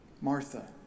Martha